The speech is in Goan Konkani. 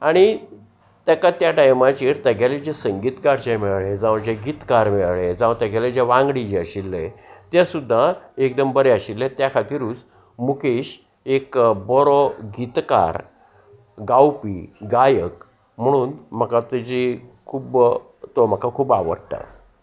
आनी ताका त्या टायमाचेर तेगेले जे संगीतकार जे मेळ्ळें जावं जे गीतकार मेळ्ळे जावं तेगेले जे वांगडी जे आशिल्ले ते सुद्दा एकदम बरें आशिल्लें त्या खातीरूच मुकेश एक बरो गतकार गावपी गायक म्हणून म्हाका तेजी खूब्ब तो म्हाका खूब आवडटा